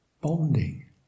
bonding